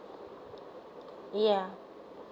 yeah